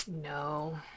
No